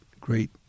great